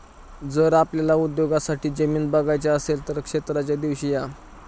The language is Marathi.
जर आपल्याला उद्योगासाठी जमीन बघायची असेल तर क्षेत्राच्या दिवशी या